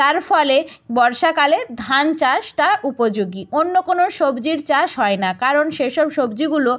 তার ফলে বর্ষাকালে ধান চাষটা উপযোগী অন্য কোনো সবজির চাষ হয় না কারণ সেই সব সবজিগুলো